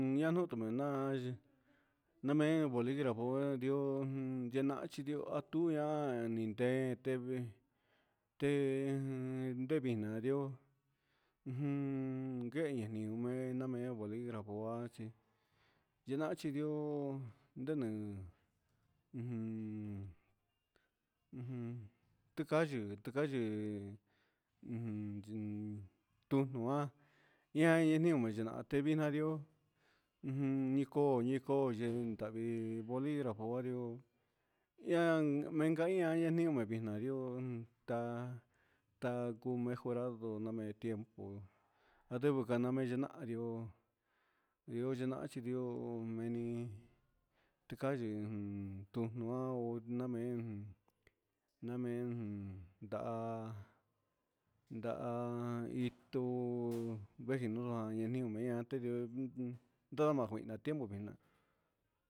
Ña te tu maa na yee namee bolígrafo ndioo guenahan chi ndioo a tu ian te ndete nde te ndevi na ndioo ujun guehi xinu na mei bolígrafo ndi nahan chi ndioo ndenuun ujun ujun ticayɨ ticayɨ tu juan ia na nihin na me ndioo ujun ñi ñicoo yivɨ ndahvi bolígrafo ian mengaia ian ni mihna ndioo ta cuu mejorado na me tiempo nda teo meyinaha ndioo ndioo yenahan me ndioo ti cayɨ tu nuo na mee namee ndaha ndaha itu vejinua ñi nihin mea nda ma jihna tiempo tian